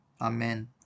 Amen